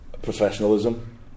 professionalism